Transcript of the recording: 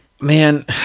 Man